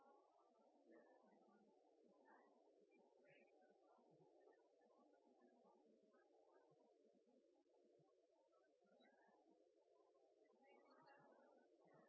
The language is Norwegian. de forskjellige landene? For det